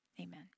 amen